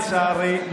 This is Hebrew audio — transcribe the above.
לצערי,